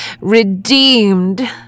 redeemed